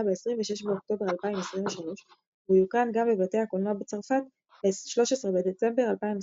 ב-26 באוקטובר 2023 והוא יוקרן גם בבתי הקולנוע בצרפת ב-13 בדצמבר 2023